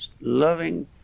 loving